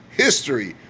history